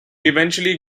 eventually